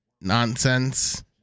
nonsense